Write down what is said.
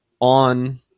on